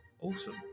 Awesome